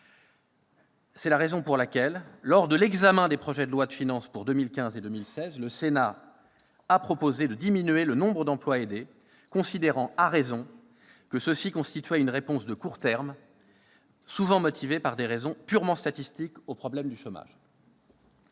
C'est la raison pour laquelle, lors de l'examen des projets de loi de finances pour 2015 et 2016, le Sénat a proposé de diminuer le nombre d'emplois aidés, considérant, à raison, que ceux-ci constituaient une réponse de court terme, souvent motivée par des raisons purement statistiques, au problème du chômage.